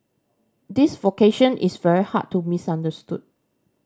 this vocation is very hard to misunderstood